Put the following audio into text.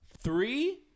Three